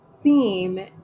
seem